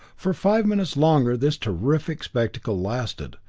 for five minutes longer this terrific spectacle lasted,